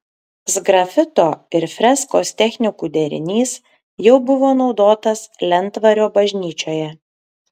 sgrafito ir freskos technikų derinys jau buvo naudotas lentvario bažnyčioje